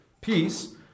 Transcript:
peace